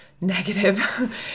negative